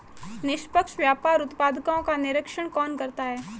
निष्पक्ष व्यापार उत्पादकों का निरीक्षण कौन करता है?